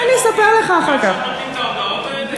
שם נותנים את ההודעות האלה?